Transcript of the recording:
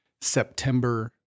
September